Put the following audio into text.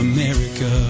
America